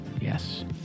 Yes